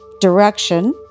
direction